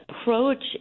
approach